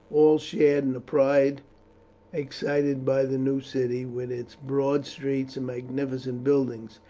all shared in the pride excited by the new city, with its broad streets and magnificent buildings,